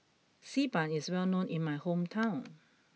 Xi Ban is well known in my hometown